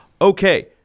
okay